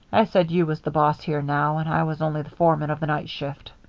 i said you was the boss here now, and i was only the foreman of the night shift.